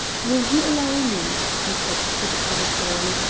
will you allow me, he said to the commissary,